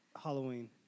Halloween